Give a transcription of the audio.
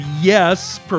Yes